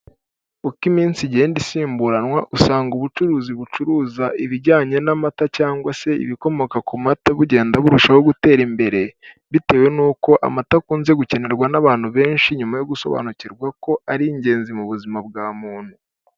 Uko iminsi igenda isimburanwa usanga ubucuruzi bucuruza ibijyanye n'amata cyangwa se ibikomoka ku mata bugenda burushaho gutera imbere, bitewe n'uko amata akunze gukenerwa n'abantu benshi nyuma yo gusobanukirwa ko, ari ingenzi mu buzima bwa muntu.